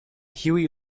huey